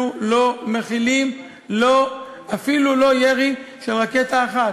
אנחנו לא מכילים אפילו לא ירי של רקטה אחת.